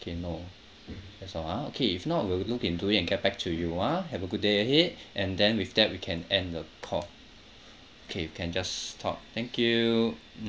okay no that's all ah okay if not we'll look into it and get back to you ah have a good day ahead and then with that we can end the call okay you can just stop thank you mm